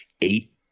eight